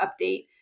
update